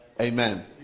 Amen